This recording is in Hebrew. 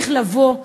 צריך לבוא,